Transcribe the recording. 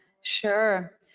Sure